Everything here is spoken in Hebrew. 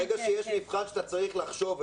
ברגע שיש מבחן שאתה צריך לחשוב,